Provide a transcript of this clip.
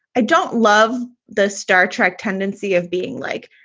i don't love the star trek tendency of being like,